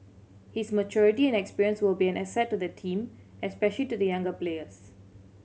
his maturity and experience will be an asset to the team especially to the younger players